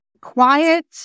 quiet